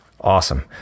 Awesome